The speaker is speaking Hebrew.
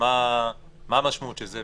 מה המשמעות של זה?